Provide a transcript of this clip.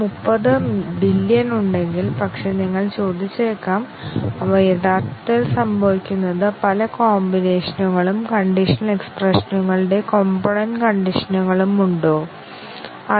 ഇപ്പോൾ ഡിസിഷൻ കവറേജോടുകൂടിയ basic condition എന്ന് വിളിക്കുന്ന അടുത്ത കണ്ടിഷൻ അടിസ്ഥാനമാക്കിയുള്ള ടെസ്റ്റിങ് നോക്കാം